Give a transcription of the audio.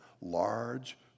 large